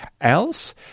else